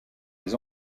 les